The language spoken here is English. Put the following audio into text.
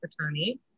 attorney